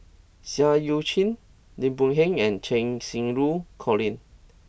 Seah Eu Chin Lim Boon Heng and Cheng Xinru Colin